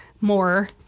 more